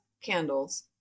candles